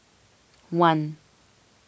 one